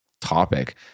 topic